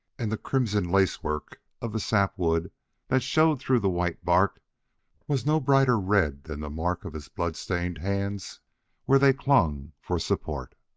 and the crimson lace-work of the sap-wood that showed through the white bark was no brighter red than the mark of his blood-stained hands where they clung for support.